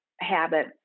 habit